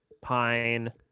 Pine